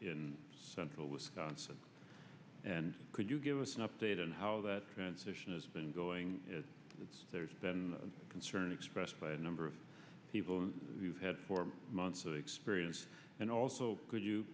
in central wisconsin and could you give us an update on how that transition has been going since there's been concern expressed by a number of people who had four months of experience and also could you